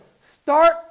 Start